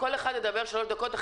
כל אחד ידבר שלוש דקות,